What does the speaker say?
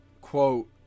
quote